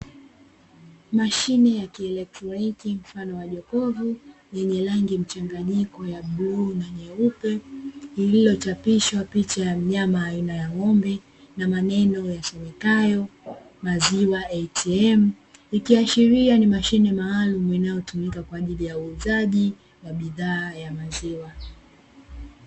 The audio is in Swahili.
Mashine ya kielekroniki mfano wa jokofu, lenye rangi mchanganyiko ya bluu na nyeupe, lililochapishwa picha ya mnyama aina ya ng'ombe na maneno yasomekayo "Maziwa ATM" ikiashiria ni mashine maalumu inayotumika kwa ajili ya uuzaji wa bidhaa ya maziwa.